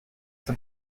that